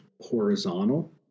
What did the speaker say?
horizontal